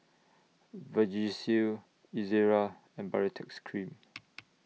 Vagisil Ezerra and Baritex Cream